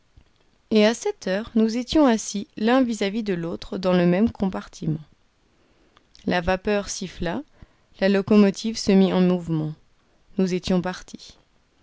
et à sept heures nous étions assis l'un vis-à-vis de l'autre dans le même compartiment la vapeur siffla la locomotive se mit en mouvement nous étions partis